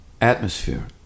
atmosphere